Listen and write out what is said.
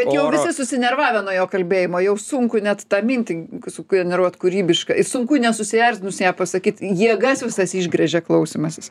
bet jau visi susinervavę nuo jo kalbėjimo jau sunku net tą mintį sugeneruot kūrybiškai sunku nesusierzinus ją pasakyt jėgas visas išgręžia klausymasis